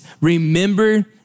remember